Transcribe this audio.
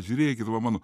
žiūrėkit va mano